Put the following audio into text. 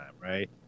right